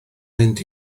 mynd